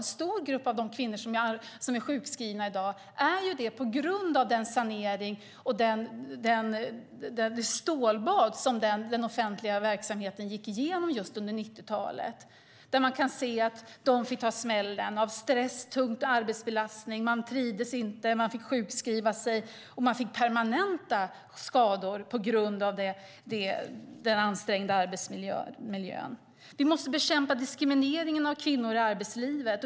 En stor grupp av de kvinnor som är sjukskrivna i dag är det på grund av den sanering och det stålbad den offentliga verksamheten gick igenom under 90-talet. Man kan se att de fick ta smällen. Det var stress och tung arbetsbelastning, man trivdes inte och fick sjukskriva sig. Man fick permanenta skador på grund av den ansträngda arbetsmiljön. Vi måste bekämpa diskrimineringen av kvinnor i arbetslivet.